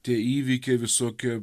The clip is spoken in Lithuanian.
tie įvykiai visokie